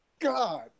God